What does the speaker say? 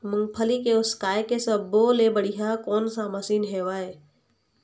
मूंगफली के उसकाय के सब्बो ले बढ़िया कोन सा मशीन हेवय?